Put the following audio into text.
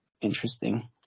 Interesting